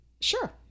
Sure